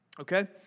okay